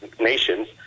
nations